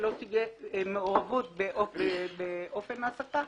שלא תהיה מעורבות באופן ההעסקה,